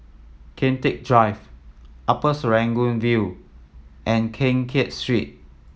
Kian Teck Drive Upper Serangoon View and Keng Kiat Street